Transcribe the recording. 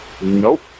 Nope